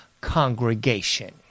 congregation